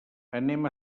anem